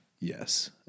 Yes